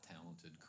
talented